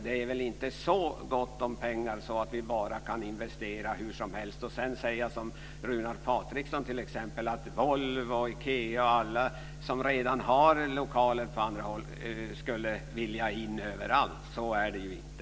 Det är väl inte så gott om pengar att vi kan investera hur som helst för att sedan, som t.ex. Runar Patriksson gör, säga att Volvo, Ikea och alla som redan har lokaler på andra håll skulle vilja in överallt. Så är det inte.